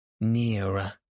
nearer